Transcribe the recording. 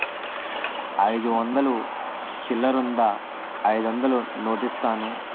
అయిదు వందలు చిల్లరుందా అయిదొందలు నోటిస్తాను?